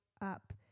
up